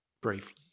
Briefly